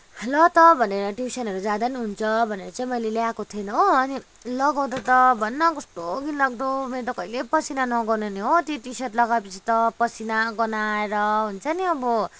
ल त भनेर ट्युशनहरू पनि जाँदा हुन्छ भनेर चाहिँ मैले ल्याएको थिएँ हो अनि लगाउँदा त भन्न कस्तो घिनलाग्दो मेरो त कहिल्यै पसिना नगनाउने हो त्यो टी सर्ट लगाएपछि त पसिना गनाएर हुन्छ नि अब